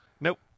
Nope